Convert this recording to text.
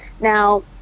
Now